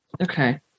Okay